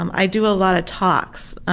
um i do a lot of talks